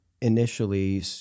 initially